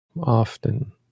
often